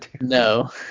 No